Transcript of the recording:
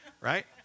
right